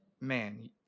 man